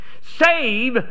Save